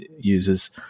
uses